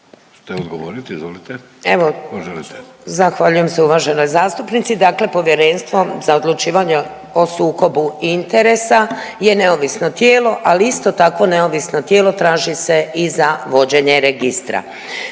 Vedrana** Evo zahvaljujem se uvaženoj zastupnici. Dakle, Povjerenstvo za odlučivanje o sukobu interesa je neovisno tijelo, ali isto takvo neovisno tijelo traži se i za vođenje registra.